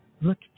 look